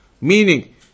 meaning